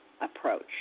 approach